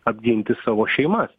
apginti savo šeimas